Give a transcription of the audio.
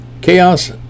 chaos